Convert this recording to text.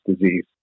disease